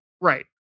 Right